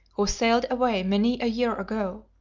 who sailed away many a year ago.